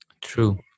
True